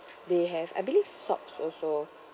they have I believe socks also